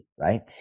right